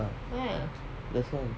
that's all